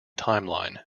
timeline